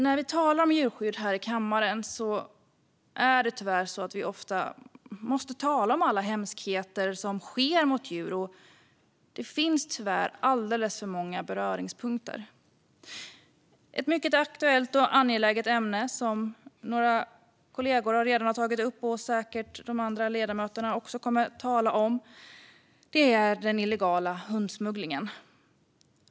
När vi talar om djurskydd här i kammaren måste vi tyvärr ofta tala om alla hemskheter som sker mot djur. Det finns tyvärr alltför många punkter att beröra. Ett mycket aktuellt och angeläget ämne, som några kollegor redan har tagit upp och de andra ledamöterna säkert också kommer att tala om, är den illegala hundsmugglingen.